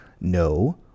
No